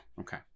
Okay